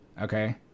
Okay